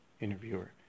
interviewer